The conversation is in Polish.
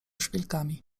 szpilkami